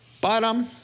bottom